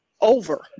Over